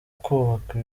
kubaka